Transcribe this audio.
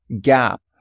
gap